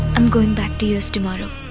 am going back to us tomorrow.